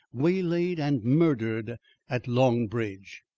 waylaid and murdered at long bridge.